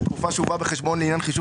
לתקופה שהובאה בחשבון לעניין חישוב